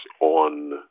on